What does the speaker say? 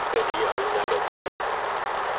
seria una locura